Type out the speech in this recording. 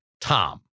Tom